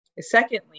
Secondly